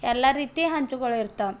ಎಲ್ಲ ರೀತಿ ಹೆಂಚುಗಳು ಇರ್ತಾವ